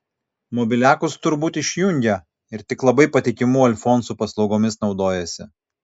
mobiliakus tur būt išjungia ir tik labai patikimų alfonsų paslaugomis naudojasi